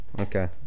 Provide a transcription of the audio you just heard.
Okay